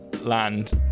land